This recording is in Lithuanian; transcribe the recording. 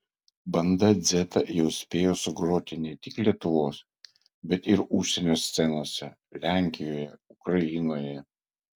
banda dzeta jau spėjo sugroti ne tik lietuvos bet ir užsienio scenose lenkijoje ukrainoje